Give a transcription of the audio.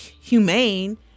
humane